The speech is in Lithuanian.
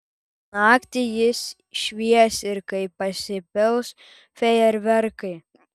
o naktį jis švies ir kai pasipils fejerverkai